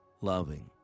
loving